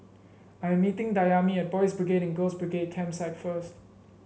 I am meeting Dayami at Boys' Brigade and Girls' Brigade Campsite first